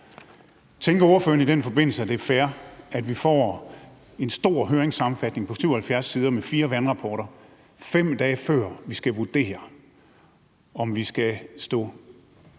Tænker ordføreren i den forbindelse, at det er fair, at vi får en stor høringssammenfatning på 177 sider med fire vandrapporter, 5 dage før vi skal vurdere, om vi skal stå